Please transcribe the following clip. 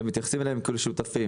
אלא מתייחסים אליהם כאל שותפים,